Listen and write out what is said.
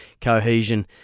cohesion